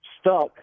stuck